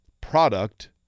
product